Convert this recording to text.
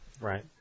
Right